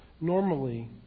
Normally